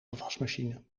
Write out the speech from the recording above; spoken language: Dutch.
afwasmachine